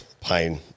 pain